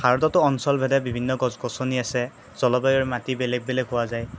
ভাৰততো অঞ্চল ভেদে বিভিন্ন গছ গছনি আছে জলবায়ুৰ মাটি বেলেগ বেলেগ পোৱা যায়